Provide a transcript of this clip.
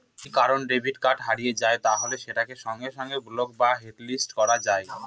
যদি কারুর debit card হারিয়ে যায় তাহলে সেটাকে সঙ্গে সঙ্গে ব্লক বা হটলিস্ট করা যায়